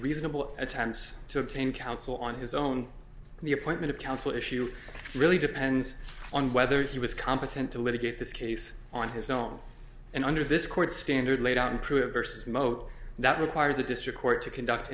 reasonable attempts to obtain counsel on his own and the appointment of counsel issue really depends on whether he was competent to litigate this case on his own and under this court's standard laid out improve burst mode that requires a district court to conduct